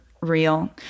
real